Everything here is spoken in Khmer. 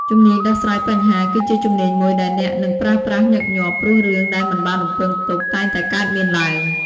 ជំនាញដោះស្រាយបញ្ហា គឺជាជំនាញមួយដែលអ្នកនឹងប្រើប្រាស់ញឹកញាប់ ព្រោះរឿងដែលមិនបានរំពឹងទុកតែងតែកើតមានឡើង។